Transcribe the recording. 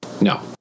no